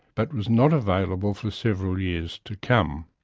but was not available for several years to come.